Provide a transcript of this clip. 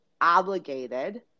obligated